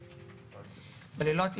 בלילות,